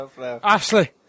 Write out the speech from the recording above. Ashley